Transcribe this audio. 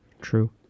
True